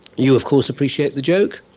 you of course appreciate the joke?